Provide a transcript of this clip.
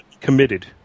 committed